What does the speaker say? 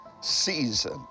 season